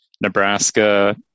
Nebraska